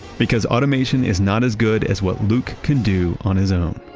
because automation is not as good as what luke can do on his own